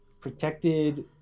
protected